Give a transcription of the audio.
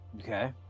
okay